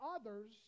others